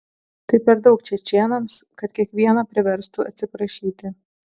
tai per daug čečėnams kad kiekvieną priverstų atsiprašyti